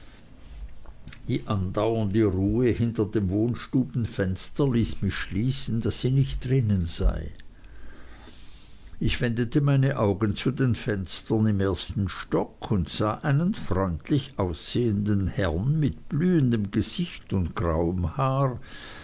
die andauernde ruhe hinter dem wohnstubenfenster ließen mich schließen daß sie nicht drinnen sei ich wendete meine augen zu den fenstern im ersten stock und sah einen freundlich aussehenden herrn mit blühendem gesicht und grauem haar